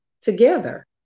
together